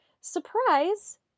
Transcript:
Surprise